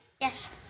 Yes